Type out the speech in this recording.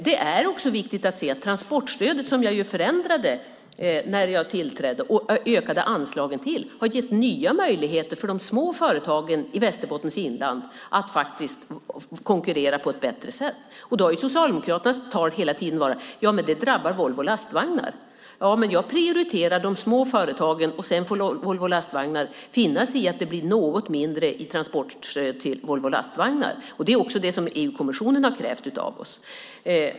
Det är också viktigt att se att transportstödet - som jag förändrade när jag tillträdde och som jag ökade anslagen till - har gett nya möjligheter för de små företagen i Västerbottens inland att faktiskt konkurrera på ett bättre sätt. Då har Socialdemokraternas tal hela tiden varit: Ja, men det drabbar Volvo Lastvagnar. Ja, men jag prioriterar de små företagen. Sedan får Volvo Lastvagnar finna sig i att det blir något mindre i transportstöd till Volvo Lastvagnar. Det är också det som EU-kommissionen har krävt av oss.